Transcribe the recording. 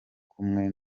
kumwe